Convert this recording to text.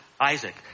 isaac